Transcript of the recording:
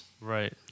Right